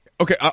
Okay